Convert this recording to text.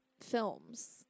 films